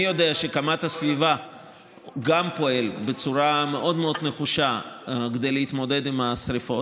אני יודע שקמ"ט סביבה פועל בצורה מאוד נחושה כדי להתמודד עם השרפות,